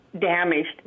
damaged